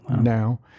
now